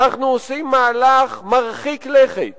אנחנו עושים מהלך מרחיק לכת